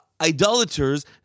idolaters